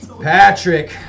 Patrick